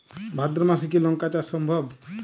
ভাদ্র মাসে কি লঙ্কা চাষ সম্ভব?